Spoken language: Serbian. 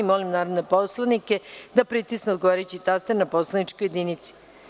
Molim narodne poslanike da pritisnu odgovarajući taster na poslaničkoj jedinici.